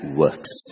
works